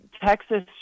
Texas